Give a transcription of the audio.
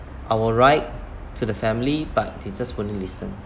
our right to the family but they just won't listen